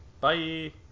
Bye